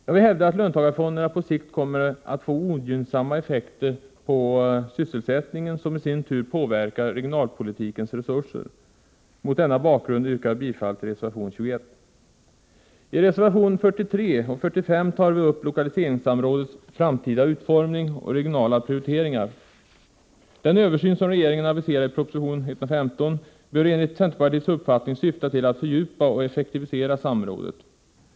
Jag vill hävda att löntagarfonderna på sikt kommer att få ogynnsamma effekter på sysselsättningen vilket i sin tur påverkar regionalpolitikens resurser. Mot denna bakgrund yrkar jag bifall till reservation 21. I reservationerna 43 och 45 tar vi upp lokaliseringssamrådets framtida utformning och regionala prioriteringar. Den översyn som regeringen aviserar i proposition 115 bör enligt centerpartiets uppfattning syfta till att fördjupa och effektivisera samrådet.